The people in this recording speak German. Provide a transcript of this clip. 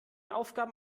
aufgaben